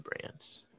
brands